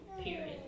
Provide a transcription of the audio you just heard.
Period